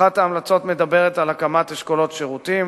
אחת ההמלצות מדברת על הקמת אשכולות שירותים